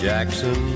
Jackson